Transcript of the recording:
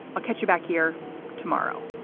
i'll catch you back here tomorrow